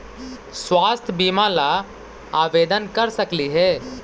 स्वास्थ्य बीमा ला आवेदन कर सकली हे?